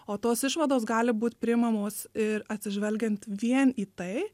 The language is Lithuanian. o tos išvados gali būt priimamos ir atsižvelgiant vien į tai